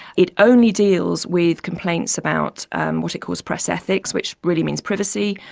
it only deals with complaints about what it calls press ethics, which really means privacy,